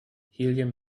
helium